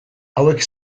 hauek